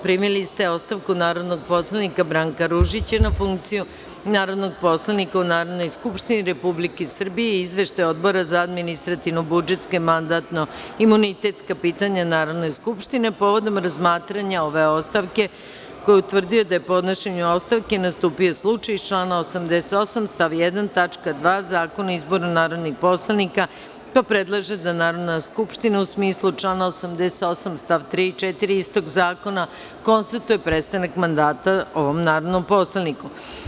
Primili ste ostavku narodnog poslanika Branka Ružića na funkciju narodnog poslanika u Narodnoj skupštini Republike Srbije i Izveštaj Odbora za administrativno-budžetska i mandatno-imunitetska pitanja Narodne skupštine, povodom razmatranja ove ostavke koji je utvrdio da je podnošenjem ostavke nastupio slučaj iz člana 88. stav 1. tačka 2) Zakona o izboru narodnih poslanika, pa predlaže da Narodna skupština u smislu člana 88. stav 3. i 4. istog zakona konstatuje prestanak mandata ovom narodnom poslaniku.